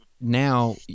now